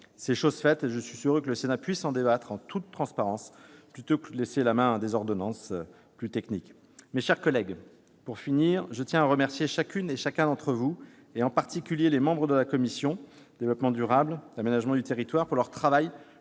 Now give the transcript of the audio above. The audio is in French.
C'est chose faite, et je suis heureux que le Sénat puisse en débattre en toute transparence, plutôt que d'en passer par des ordonnances plus techniques. Mes chers collègues, pour conclure, je tiens à remercier chacune et chacun d'entre vous, en particulier les membres de la commission de l'aménagement du territoire et